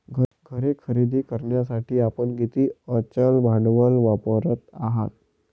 घर खरेदी करण्यासाठी आपण किती अचल भांडवल वापरत आहात?